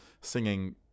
singing